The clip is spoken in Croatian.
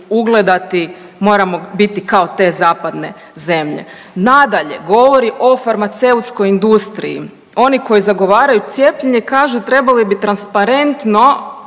ugledati, moramo biti kao te zapadne zemlje. Nadalje, govori o farmaceutskoj industriji, oni koji zagovaraju cijepljenje kažu trebali bi transparentno